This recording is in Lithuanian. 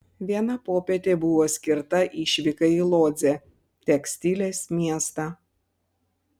viena popietė buvo skirta išvykai į lodzę tekstilės miestą